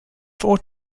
four